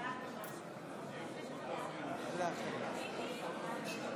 יושב-ראש הכנסת העשרים-וחמש,